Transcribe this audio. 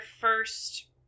first